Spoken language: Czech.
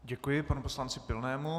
Děkuji panu poslanci Pilnému.